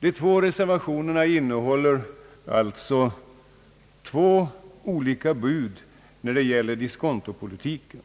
De två reservationerna innehåller alltså två olika bud när det gäller diskontopolitiken.